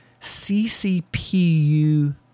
CCPU